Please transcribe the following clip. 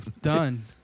Done